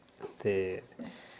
ते